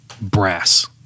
brass